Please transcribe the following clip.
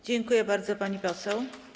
Dziękuję bardzo, pani poseł.